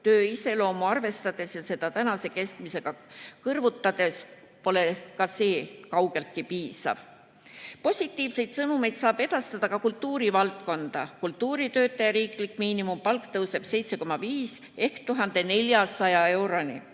Töö iseloomu arvestades ja nende palka tänase keskmisega kõrvutades pole see kaugeltki piisav. Positiivseid sõnumeid saab edastada ka kultuurivaldkonda. Kultuuritöötaja riiklik miinimumpalk tõuseb 7,5% ehk 1400 euroni.